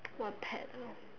what pet loh